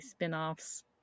spinoffs